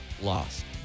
lost